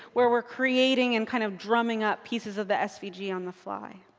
where we're creating and kind of drumming up pieces of the svg yeah on the fly.